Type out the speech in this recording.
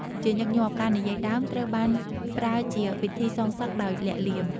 ជាញឹកញាប់ ការនិយាយដើមត្រូវបានប្រើជាវិធីសងសឹកដោយលាក់លៀម។